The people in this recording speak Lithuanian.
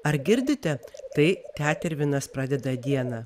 ar girdite tai tetervinas pradeda dieną